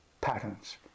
patterns